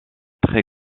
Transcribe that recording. très